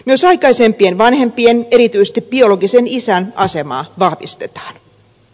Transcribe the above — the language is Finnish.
myös aikaisempien vanhempien erityisesti biologisen isän asemaa vahvistetaan